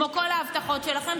כמו כל ההבטחות שלכם.